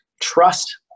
trust